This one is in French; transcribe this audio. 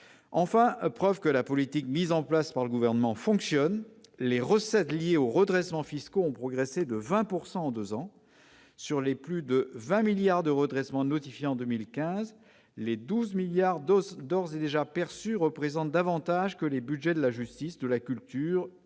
Enfin, preuve que la politique mise en place par le Gouvernement fonctionne, les recettes liées aux redressements fiscaux ont progressé de 20 % en deux ans. Sur les plus de 20 milliards d'euros de redressements notifiés en 2015, les 12 milliards d'ores et déjà perçus représentent davantage que les budgets de la justice, de la culture et de l'aide